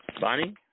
Bonnie